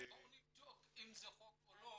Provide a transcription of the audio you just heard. בואו נבדוק אם זה חוק או לא,